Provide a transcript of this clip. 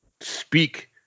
speak